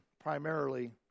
Primarily